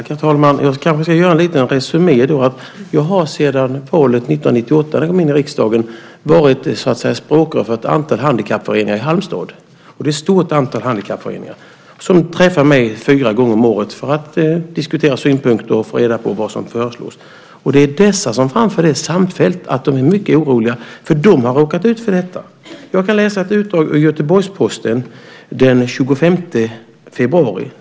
Herr talman! Jag kanske ska göra en liten resumé. Jag har sedan valet 1998, då jag kom in i riksdagen, varit språkrör för ett antal handikappföreningar i Halmstad. Det är ett stort antal handikappföreningar som träffar mig fyra gånger om året för att diskutera synpunkter och få reda på vad som föreslås. Det är dessa som samfällt framför att de är mycket oroliga, för de har råkat ut för detta. Jag ska läsa ett utdrag ur Göteborgs-Posten den 25 februari.